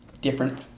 different